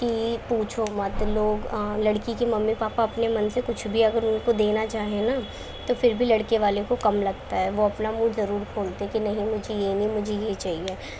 کہ پوچھو مت لوگ لڑکی کے ممی پاپا اپنے من سے کچھ بھی اگر ان کو دینا چاہیں نا تو پھر بھی لڑکے والے کو کم لگتا ہے وہ اپنا منہ ضرور کھولتے کہ نہیں مجھے یہ نہیں مجھے یہ چاہیے